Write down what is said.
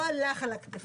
לא לך על הכתפיים.